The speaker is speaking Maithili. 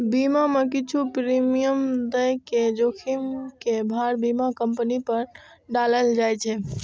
बीमा मे किछु प्रीमियम दए के जोखिम के भार बीमा कंपनी पर डालल जाए छै